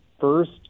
first